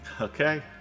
Okay